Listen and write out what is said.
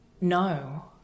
no